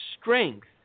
strength